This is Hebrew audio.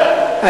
בבקשה.